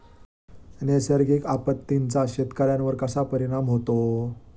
नैसर्गिक आपत्तींचा शेतकऱ्यांवर कसा परिणाम होतो?